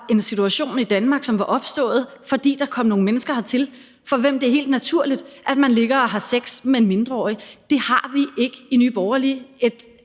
en situation i Danmark, som opstod, fordi der kommer mennesker hertil, for hvem det er helt naturligt, at man ligger og har sex med en mindreårig. Der har vi ikke i Nye Borgerlige